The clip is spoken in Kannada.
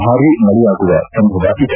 ಭಾರೀ ಮಳೆಯಾಗುವ ಸಂಭವವಿದೆ